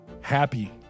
happy